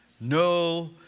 no